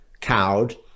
cowed